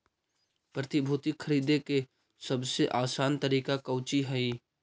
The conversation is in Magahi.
प्रतिभूति खरीदे के सबसे आसान तरीका कउची हइ